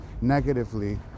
negatively